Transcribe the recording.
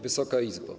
Wysoka Izbo!